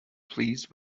pleased